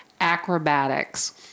acrobatics